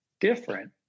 different